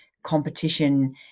competition